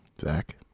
Zach